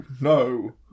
no